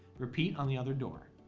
repeat on the other door